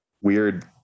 weird